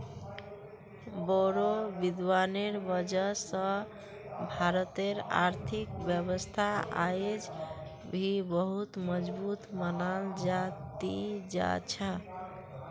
बोड़ो विद्वानेर वजह स भारतेर आर्थिक व्यवस्था अयेज भी बहुत मजबूत मनाल जा ती जा छ